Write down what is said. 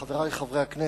חברי הכנסת,